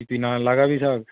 তুই কি না লাগাবি শাক